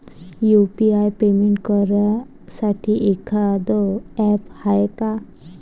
UPI payment करासाठी एखांद app हाय का?